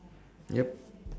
yup